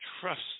Trust